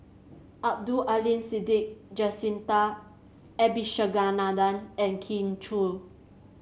Abdul Aleem Siddique Jacintha Abisheganaden and Kin Chui